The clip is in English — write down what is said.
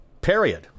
Period